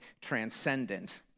transcendent